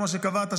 כמו שקבעת,